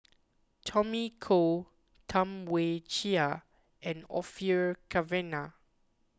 Tommy Koh Tam Wai Jia and Orfeur Cavenagh